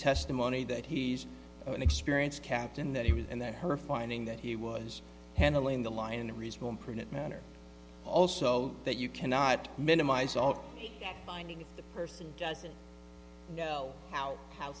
testimony that he's an experienced captain that he was and that her finding that he was handling the line in a reasonable and prudent manner also that you cannot minimize all that finding if the person doesn't know how how